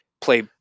play